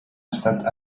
estat